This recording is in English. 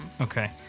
Okay